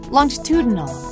Longitudinal